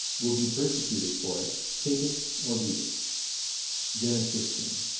we'll be persecuted for it. take it or leave it genesistrine.